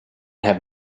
have